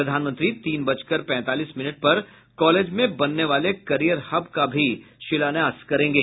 प्रधानमंत्री तीन बजकर पैंतालीस मिनट पर कॉलेज में बनने वाले करियर हब का भी शिलान्यास करेंगे